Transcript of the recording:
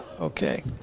okay